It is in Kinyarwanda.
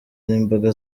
n’imboga